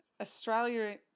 Australia